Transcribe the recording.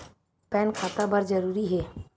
Pan खाता बर जरूरी हे?